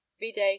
vide